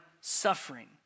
suffering